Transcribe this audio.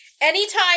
anytime